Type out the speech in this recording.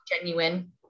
genuine